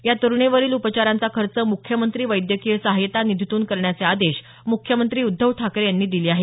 या तरुणीवरील उपचारांचा खर्च मुख्यमंत्री वैद्यकीय सहायता निधीतून करण्याचे आदेश मुख्यमंत्री उद्धव ठाकरे यांनी दिले आहेत